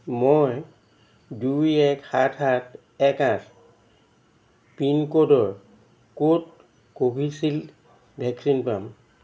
মই দুই এক সাত সাত এক আঠ পিনক'ডৰ ক'ত কোভিচিল্ড ভেকচিন পাম